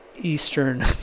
eastern